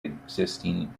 existing